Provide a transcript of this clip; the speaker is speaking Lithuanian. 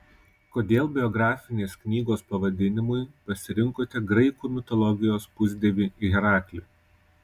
kodėl biografinės knygos pavadinimui pasirinkote graikų mitologijos pusdievį heraklį